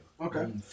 Okay